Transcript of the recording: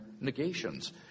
negations